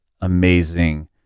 amazing